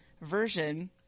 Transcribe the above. version